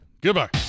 Goodbye